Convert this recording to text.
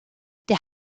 der